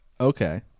Okay